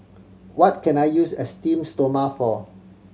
what can I use Esteem Stoma for